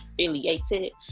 affiliated